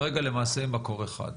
כרגע למעשה ממקור אחד.